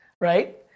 right